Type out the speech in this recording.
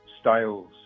styles